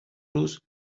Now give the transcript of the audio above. روز